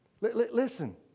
Listen